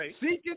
seeking